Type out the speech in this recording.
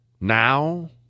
Now